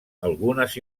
algunes